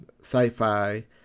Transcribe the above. sci-fi